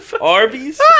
arby's